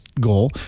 goal